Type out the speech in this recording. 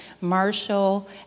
Marshall